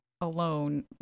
alone